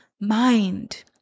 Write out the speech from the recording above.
mind